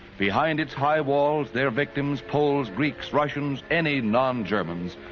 behind its high walls their victims, poles, greeks, russians, any non-germans,